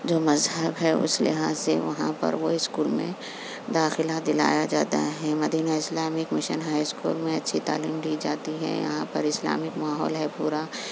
جو مذہب ہے اس لحاظ سے وہاں پر وہ اسکول میں داخلہ دلایا جاتا ہے Madina Islamic mission high school میں اچھی تعلیم دی جاتی ہے یہاں پر اسلامک ماحول ہے پورا